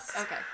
Okay